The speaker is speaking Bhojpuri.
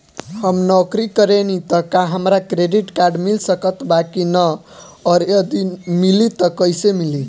हम नौकरी करेनी त का हमरा क्रेडिट कार्ड मिल सकत बा की न और यदि मिली त कैसे मिली?